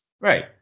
right